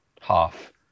half